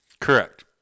Correct